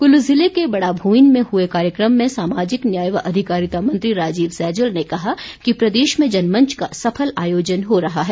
कुल्लू ज़िले के बड़ा भूईन में हुए कार्यक्रम में सामाजिक न्याय व अधिकारिता मंत्री राजीव सैजल ने कहा कि प्रदेश में जनमंच का सफल आयोजन हो रहा है